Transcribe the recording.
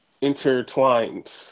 intertwined